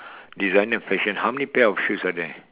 designer fashion how many pair of shoes are there